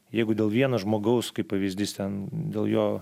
jeigu dėl vieno žmogaus kaip pavyzdys ten dėl jo